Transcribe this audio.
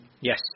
Yes